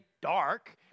dark